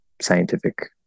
scientific